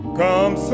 come